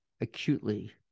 acutely